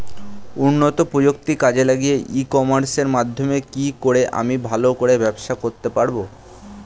উন্নত প্রযুক্তি কাজে লাগিয়ে ই কমার্সের মাধ্যমে কি করে আমি ভালো করে ব্যবসা করতে পারব?